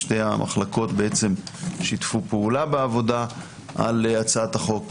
שתי המחלקות בעצם שיתפו פעולה בעבודה על הצעת החוק.